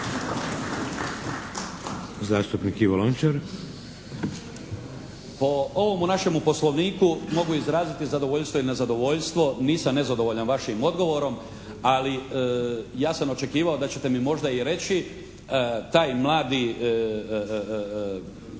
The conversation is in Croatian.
Zastupnik Ivo Lončar.